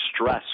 stress